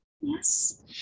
yes